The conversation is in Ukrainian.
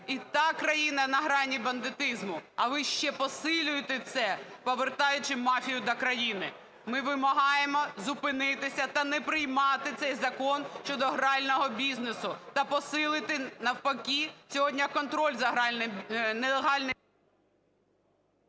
І так країна на грані бандитизму, а ви ще посилюєте це повертаючи мафію до країни. Ми вимагаємо зупинитися та не приймати цей закон щодо грального бізнесу. Та посилити навпаки сьогодні контроль за нелегальним…